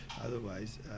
Otherwise